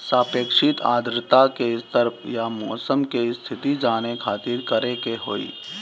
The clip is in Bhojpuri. सापेक्षिक आद्रता के स्तर या मौसम के स्थिति जाने खातिर करे के होई?